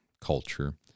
culture